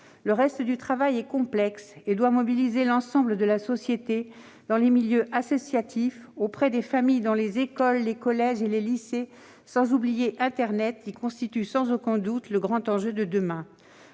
Le reste du travail, complexe, doit mobiliser l'ensemble de la société, dans les milieux associatifs, auprès des familles, dans les écoles, les collèges et les lycées, sans oublier internet, qui constitue sans aucun doute le grand enjeu de demain.